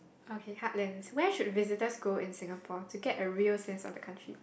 okay heartlands where should visitors go in Singapore to get a real sense of the country